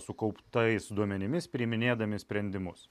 sukauptais duomenimis priiminėdami sprendimus